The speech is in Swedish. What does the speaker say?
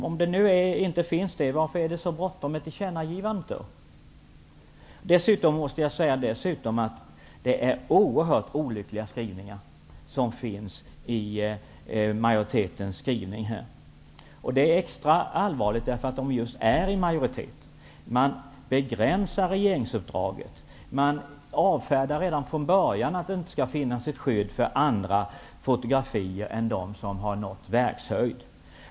Om det nu inte finns några sådana, varför är det då så bråttom med tillkännagivandet? Dessutom måste jag säga att majoritetens skrivningar är oerhört olyckliga. Det är extra allvarligt just därför att det är en majoritet som står för dem. Man begränsar regeringsuppdraget och avfärdar redan från början att det skall finnas ett skydd för andra fotografier än de som har nått verkshöjd.